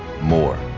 more